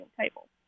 table